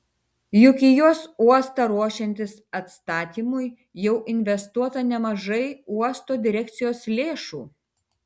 juk į jos uostą ruošiantis atstatymui jau investuota nemažai uosto direkcijos lėšų